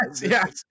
yes